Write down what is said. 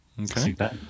Okay